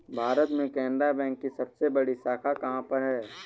भारत में केनरा बैंक की सबसे बड़ी शाखा कहाँ पर है?